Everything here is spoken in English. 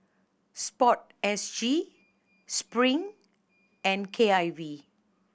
Sport S G Spring and K I V